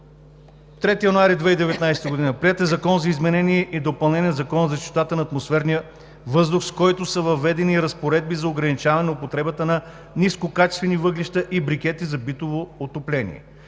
3 януари 2019 г. е приет Закон за изменение и допълнение на Закона за чистотата на атмосферния въздух, с който са въведени разпоредби за ограничаване употребата на нискокачествени въглища и брикети за битово отопление.